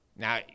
Now